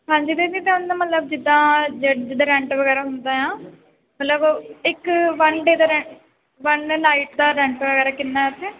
ਹਾਂਜੀ ਦੀਦੀ ਤੁਹਾਨੂੰ ਮਤਲਬ ਜਿੱਦਾਂ ਜਿੱਦਾਂ ਰੈਂਟ ਵਗੈਰਾ ਹੁੰਦਾ ਆ ਮਤਲਬ ਇੱਕ ਵਨ ਡੇ ਦਾ ਰੈ ਵਨ ਨਾਈਟ ਦਾ ਰੈਂਟ ਵਗੈਰਾ ਕਿੰਨਾ ਇਥੇ